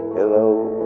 hello.